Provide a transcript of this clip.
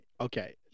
Okay